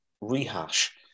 rehash